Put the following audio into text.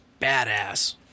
badass